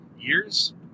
Years